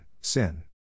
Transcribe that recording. SIN